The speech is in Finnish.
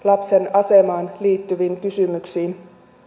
asemaan liittyviin kysymyksiin